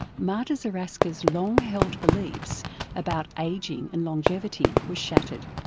marta zaraska's long-held beliefs about aging and longevity were shattered.